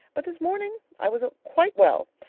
but this morning i was quite well,